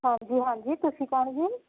ਹਾਂਜੀ ਹਾਂਜੀ ਤੁਸੀਂ ਕੋਣ ਜੀ